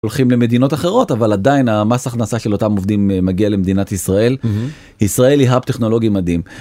הולכים למדינות אחרות אבל עדיין המס הכנסה של אותם עובדים מגיע למדינת ישראל. ישראל היא האב טכנולוגי מדהים.